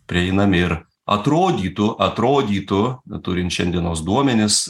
prieinami ir atrodytų atrodytų na turint šiandienos duomenis